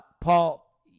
Paul